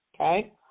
okay